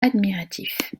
admiratif